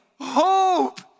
hope